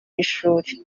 y’ishuri